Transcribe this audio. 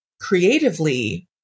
creatively